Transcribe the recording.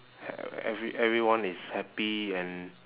e~ every~ everyone is happy and